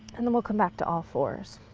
and then we'll come back to all fours.